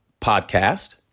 Podcast